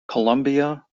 columbia